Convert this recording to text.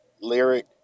lyric